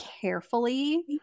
carefully